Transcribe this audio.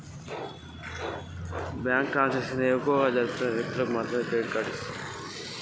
Credit కార్డులు అసలు ఎవరికి ఇస్తారు?